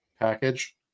package